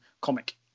comic